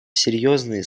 серьезные